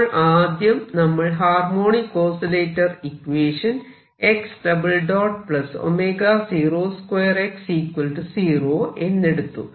അപ്പോൾ ആദ്യം നമ്മൾ ഹാർമോണിക് ഓസിലേറ്റർ ഇക്വേഷൻ എന്നെടുത്തു